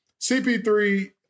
CP3